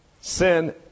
sin